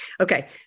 Okay